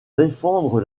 défendre